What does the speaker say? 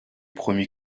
promu